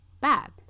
bad